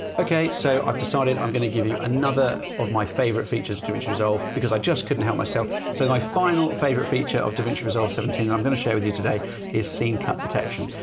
okay, so i've decided i'm going to give you another of my favorite features to which resolve because i just couldn't help myself. so my final favorite feature davinci resolve seventeen. and i'm going to share with you today is scene cut detection.